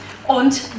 Und